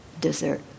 dessert